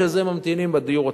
שזה ממתינים בדיור הציבורי.